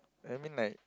I mean like